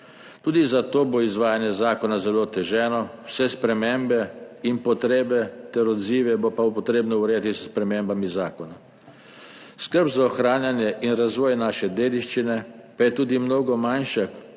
Tudi zato bo izvajanje zakona zelo oteženo, vse spremembe in potrebe ter odzive bo pa treba urejati s spremembami zakona. Skrb za ohranjanje in razvoj naše dediščine pa je tudi mnogo manjša